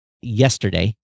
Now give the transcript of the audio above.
yesterday